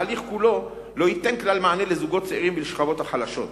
ההליך כולו לא ייתן כלל מענה לזוגות צעירים ולשכבות החלשות.